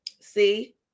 See